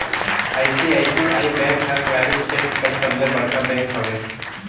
ICICI bank हर private छेत्र कर सबले बड़खा बेंक हवे